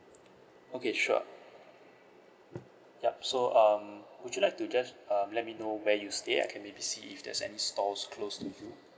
okay sure yup so um would you like to just uh let me know where you stay I can maybe see if there's any stores close to you